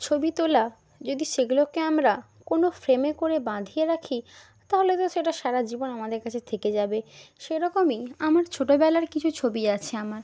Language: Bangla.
ছবি তোলা যদি সেগুলোকে আমরা কোনও ফ্রেমে করে বাঁধিয়ে রাখি তাহলে তো সেটা সারাজীবন আমাদের কাছে থেকে যাবে সেরকমই আমার ছোটবেলার কিছু ছবি আছে আমার